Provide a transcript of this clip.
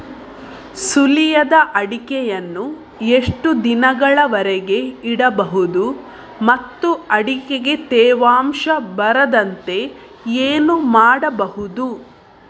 ಸುಲಿಯದ ಅಡಿಕೆಯನ್ನು ಎಷ್ಟು ದಿನಗಳವರೆಗೆ ಇಡಬಹುದು ಮತ್ತು ಅಡಿಕೆಗೆ ತೇವಾಂಶ ಬರದಂತೆ ಏನು ಮಾಡಬಹುದು?